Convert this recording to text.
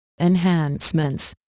enhancements